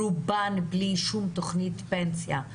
רובן בלי שום תוכנית פנסיה.